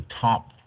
top